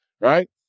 right